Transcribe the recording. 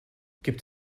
gibt